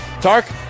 Tark